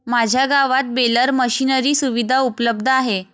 माझ्या गावात baler machinery सुविधा उपलब्ध आहे